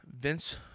Vince